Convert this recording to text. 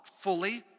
fully